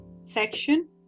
section